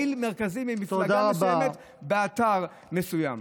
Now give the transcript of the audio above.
כך אומר פעיל מרכזי ממפלגה מסוימת באתר מסוים.